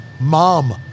Mom